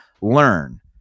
learn